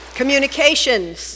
communications